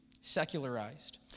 secularized